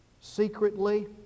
secretly